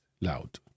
loud